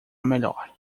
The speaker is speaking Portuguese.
melhor